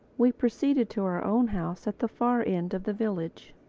we proceeded to our own house at the far end of the village.